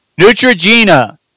Neutrogena